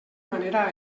manera